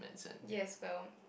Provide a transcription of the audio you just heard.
yes well